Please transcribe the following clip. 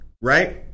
right